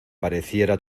pareciera